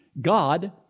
God